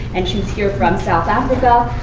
and she's here from south africa,